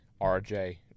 RJ